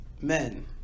men